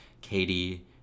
Katie